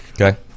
Okay